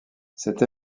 cette